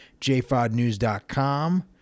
JFODnews.com